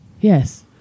Yes